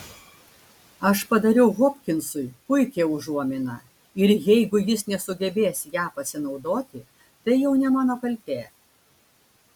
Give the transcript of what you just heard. aš padariau hopkinsui puikią užuominą ir jeigu jis nesugebės ja pasinaudoti tai jau ne mano kaltė